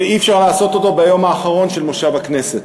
ואי-אפשר לעשות אותו ביום האחרון של מושב הכנסת.